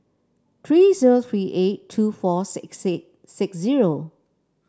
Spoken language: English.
three zero three eight two four six six six zero